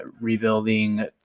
rebuilding